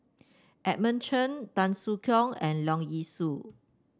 Edmund Cheng Tan Soo Khoon and Leong Yee Soo